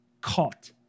caught